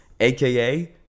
aka